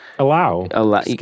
Allow